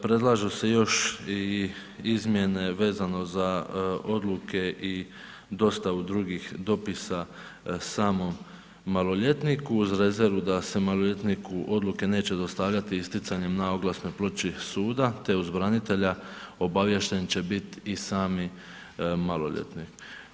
Predlažu se još i izmjene vezano za odluke i dostavu drugih dopisa samom maloljetniku uz rezervu da se maloljetniku odluke neće dostavljati isticanjem na oglasnoj ploči suda te uz branitelja obavješten će bit i sami maloljetnik.